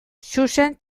xuxen